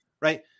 Right